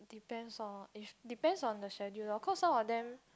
depends lor if depends on the schedule lor cause some of them